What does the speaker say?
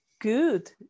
good